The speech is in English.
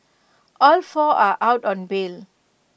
all four are out on bail